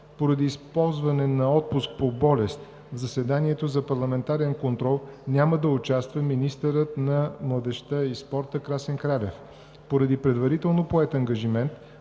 Поради използване на отпуск по болест в заседанието за парламентарен контрол няма да участва министърът на младежта и спорта Красен Кралев. Поради предварително поет ангажимент